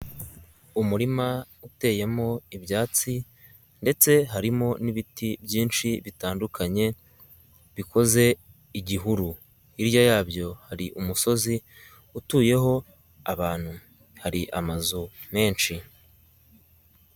Umurima uteyemo ibyatsi ndetse harimo n'ibiti byinshi bitandukanye, bikoze igihuru, hirya yabyo hari umusozi utuyeho abantu, hari amazu menshi.